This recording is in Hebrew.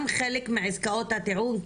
אבל חלק מעסקאות הטיעון,